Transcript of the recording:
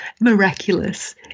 miraculous